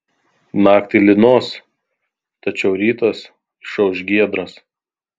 naktį lynos tačiau rytas išauš giedras